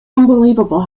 unbelievable